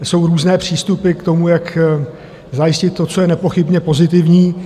Jsou různé přístupy k tomu, jak zajistit to, co je nepochybně pozitivní.